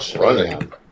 running